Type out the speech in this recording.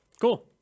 Cool